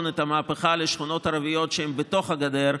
את המהפכה לשכונות הערביות שבתוך הגדר,